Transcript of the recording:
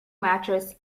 mattress